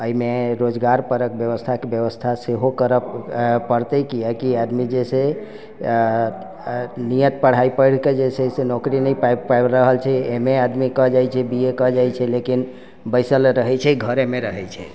अइमे रोजगार परकके व्यवस्था सेहो करै पड़तै कियाकि आदमी जाहिसँ नियत पढ़ाई पढ़िके जे छै नौकरी नहि पाबि पा रहल छै एम ए आदमी कऽ जाइ छै बी ए कऽ जाइ छै लेकिन बैसल रहै छै घरेमे रहै छै